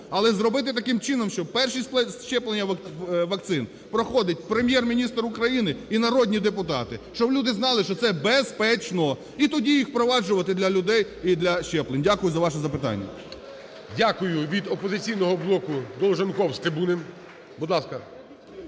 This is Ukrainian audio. Але зробити таким чином, що перші щеплення вакцин проходить Прем'єр-міністр України і народні депутати, щоб люди знали, що це безпечно. І тоді їх впроваджувати для людей, і для щеплень. Дякую за ваше запитання. ГОЛОВУЮЧИЙ. Дякую. Від "Опозиційного блоку"Долженков з трибуни.